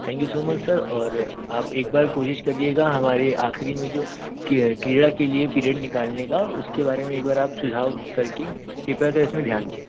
thank you so much sir और आप एक बार कोशिश करिएगा हमारे अख़िरी में जो की क्रिया के लिए पिरेड निकालने का उसके बारे में एक बार सुझाव कर के कृपया से इसमें ध्यान दें